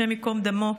השם ייקום דמו,